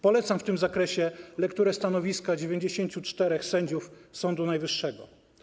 Polecam w tym zakresie lekturę stanowiska 94 sędziów Sądu Najwyższego.